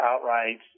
outright